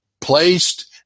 placed